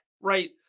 right